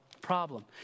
problem